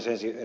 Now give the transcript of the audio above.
ensin ed